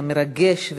המרגש,